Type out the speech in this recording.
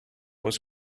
was